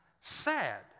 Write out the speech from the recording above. Sad